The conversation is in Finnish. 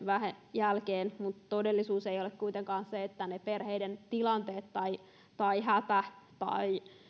jälkeen mutta todellisuus ei ole kuitenkaan se että ne perheiden tilanteet tai tai hätä tai